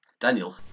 Daniel